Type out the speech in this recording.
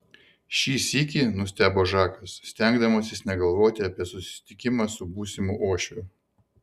šį sykį nustebo žakas stengdamasis negalvoti apie susitikimą su būsimu uošviu